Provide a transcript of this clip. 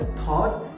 thought